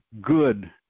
good